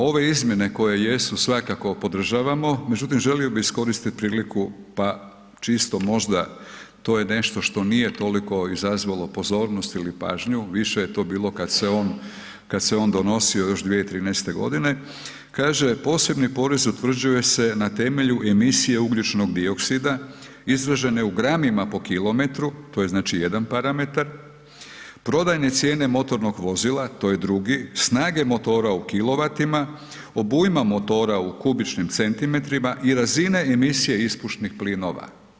Ove izmjene koje jesu, svakako podržavamo, međutim želio bi iskoristit priliku pa čisto možda to je nešto što nije toliko izazvalo pozornost ili pažnju, više je to bilo kad se on donosio još 2013. g., kaže posebni porezi utvrđuju se na temelju emisije ugljičnog dioksida izražene u gramima po kilometru, to je znači jedan parametar, prodajne cijene motornog vozila, to je drugi, snage motora u kilovatima, obujma motora u kubičnim centimetrima i razine emisije ispušnih plinova.